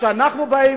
כשאנחנו באים,